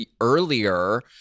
earlier